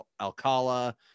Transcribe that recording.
Alcala